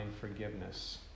forgiveness